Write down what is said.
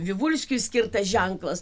vivulskiui skirtas ženklas